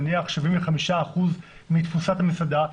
נניח 75% מתפוסת המסעדה,